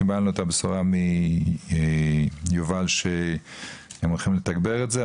קיבלנו מיובל את הבשורה שהם הולכים לתגבר את זה,